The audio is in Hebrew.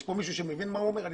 יש כאן מישהו שמבין מה הוא אומר?